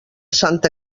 santa